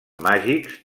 màgics